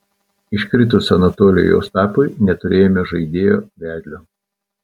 iškritus anatolijui ostapui neturėjome žaidėjo vedlio